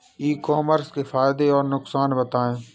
ई commerce के फायदे और नुकसान बताएँ?